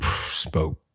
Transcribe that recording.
spoke